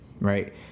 right